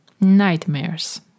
Nightmares